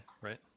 Right